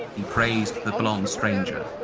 he praised the blond stranger,